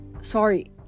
Sorry